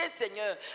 Seigneur